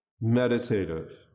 meditative